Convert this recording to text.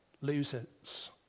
losers